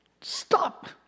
stop